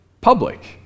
public